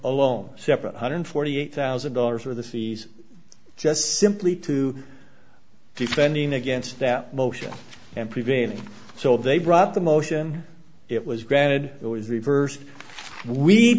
alone separate hundred forty eight thousand dollars of the seas just simply to defending against that motion and prevailing so they brought the motion it was granted it was reversed we